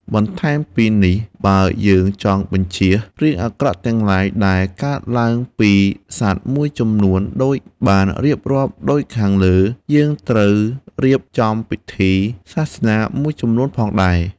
បន្ថែមពីនេះ បើយើងចង់បញ្ចៀសរឿងអាក្រក់ទាំងឡាញដែលកើតឡើងពីសត្វមួយចំនួនដូចបានរៀបរាប់ដូចខាងលើ យើងត្រូវរៀបចំពិធីសាសនាមួយចំនួនផងដែរ។